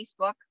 Facebook